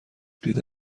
دیده